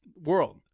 world